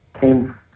came